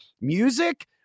Music